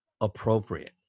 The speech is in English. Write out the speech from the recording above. appropriate